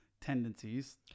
tendencies